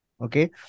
Okay